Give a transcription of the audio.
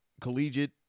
collegiate